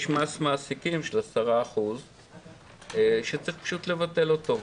יש מס מעסיקים של 10% שצריך פשוט לבטל אותו.